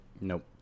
Nope